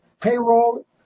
payroll